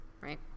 right